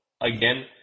again